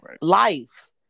life